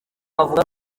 avuga